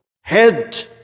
head